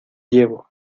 llevo